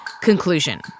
Conclusion